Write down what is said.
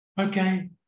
Okay